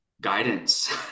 guidance